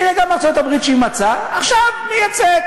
הנה גם ארצות-הברית, כשהיא מצאה, עכשיו מייצאת.